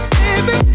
baby